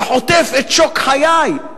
וחוטף את שוק חיי,